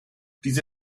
diese